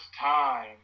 time